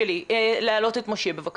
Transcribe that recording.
נעלה את משה, אני